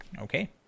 Okay